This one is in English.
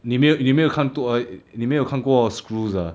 你没有你没有看多你没有看过 screws ah